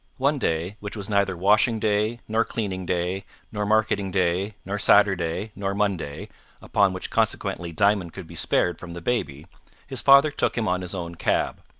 one day, which was neither washing-day, nor cleaning-day nor marketing-day, nor saturday, nor monday upon which consequently diamond could be spared from the baby his father took him on his own cab.